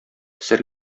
сер